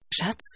Schatz